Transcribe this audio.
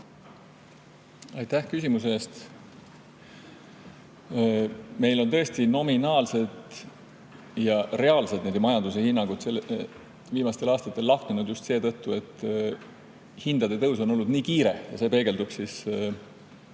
Aitäh küsimuse eest! Meil on tõesti nominaalsed ja reaalsed majanduse hinnangud viimastel aastatel lahknenud just seetõttu, et hindade tõus on olnud nii kiire ja see peegeldub selles